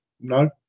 no